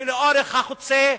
לאורך החוצה,